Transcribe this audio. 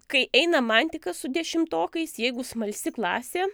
kai einam antiką su dešimtokais jeigu smalsi klasė